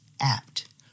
apt